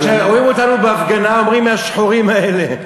אז כשרואים אותנו בהפגנה, אומרים: השחורים האלה.